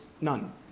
none